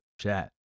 chat